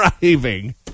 driving